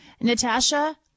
Natasha